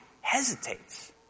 hesitates